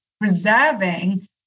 preserving